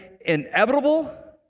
inevitable